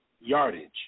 yardage